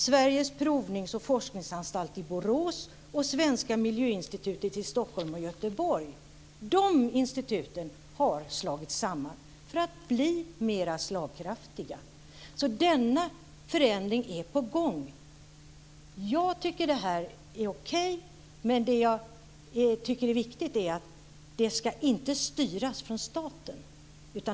Svenska miljöinstitutet i Stockholm och Göteborg har slagits samman för att bli mer slagkraftiga. Denna förändring är alltså på gång. Jag tycker att det är okej. Men det som jag tycker är viktigt är att det inte ska styras från staten.